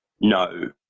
No